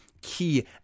key